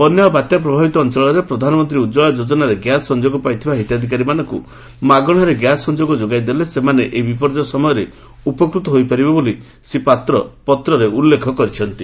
ବାତ୍ୟା ଓ ବନ୍ୟା ପ୍ରଭାବିତ ଅଞ୍ଚଳରେ ପ୍ରଧାନମନ୍ତୀ ଉକ୍ ଯୋଜନାରେ ଗ୍ୟାସ୍ ସଂଯୋଗ ପାଇଥିବା ହିତାଧିକାରୀମାନଙ୍କୁ ମାଗଣାରେ ଗ୍ୟାସ୍ ସଂଯୋଗ ଯୋଗାଇ ଦେଲେ ସେମାନେ ଏହି ବିପର୍ଯ୍ୟୟ ସମୟରେ ଉପକୃତ ହୋଇପାରିବେ ବୋଲି ଶ୍ରୀ ପାତ୍ର ପତ୍ରରେ ଉଲ୍ଲେଖ କରିଛନ୍ତି